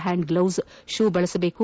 ಪ್ಯಾಂಡ್ gloves shoe ಬಳಸಬೇಕು